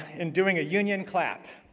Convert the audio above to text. in doing a union clap.